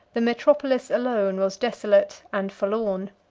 the metropolis alone was desolate and forlorn.